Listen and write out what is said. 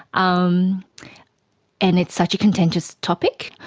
um and it's such a contentious topic.